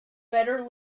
better